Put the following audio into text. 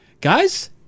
Guys